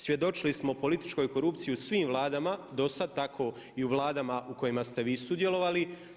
Svjedočili smo o političkoj korupciji u svim vladama do sad, tako i u vladama u kojima ste vi sudjelovali.